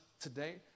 today